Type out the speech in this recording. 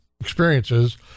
experiences